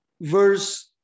verse